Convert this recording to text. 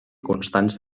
constança